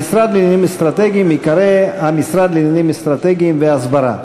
המשרד לעניינים אסטרטגיים ייקרא: המשרד לעניינים אסטרטגיים והסברה.